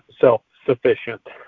self-sufficient